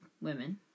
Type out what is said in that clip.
women